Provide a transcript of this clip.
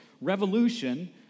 revolution